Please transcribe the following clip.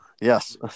Yes